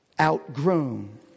outgrown